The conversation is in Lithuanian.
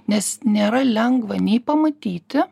nes nėra lengva nei pamatyti